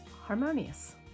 harmonious